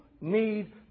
need